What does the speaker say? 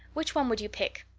which one would you pick?